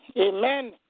Amen